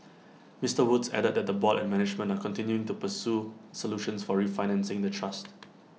Mister Woods added that the board and management are continuing to pursue solutions for refinancing the trust